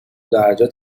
درجا